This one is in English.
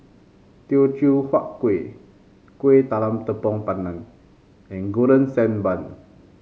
Teochew Huat Kueh Kuih Talam Tepong Pandan and Golden Sand Bun